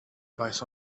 bites